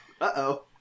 uh-oh